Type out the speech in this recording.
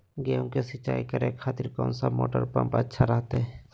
गेहूं के सिंचाई करे खातिर कौन सा मोटर पंप अच्छा रहतय?